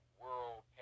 world